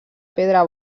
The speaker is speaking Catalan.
pedra